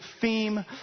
theme